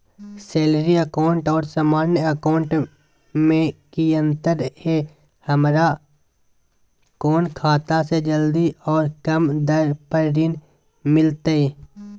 Salary account और सामान्य account मे की अंतर है हमरा कौन खाता से जल्दी और कम दर पर ऋण मिलतय?